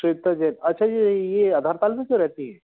श्वेता जैन अच्छा यह ही यह आधारताल में जो रहती हैं